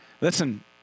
Listen